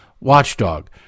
watchdog